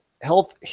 health